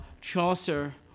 Chaucer